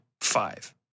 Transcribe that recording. five